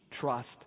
trust